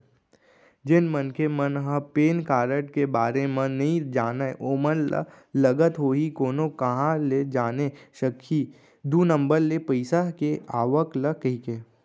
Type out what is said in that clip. जेन मनखे मन ह पेन कारड के बारे म नइ जानय ओमन ल लगत होही कोनो काँहा ले जाने सकही दू नंबर ले पइसा के आवक ल कहिके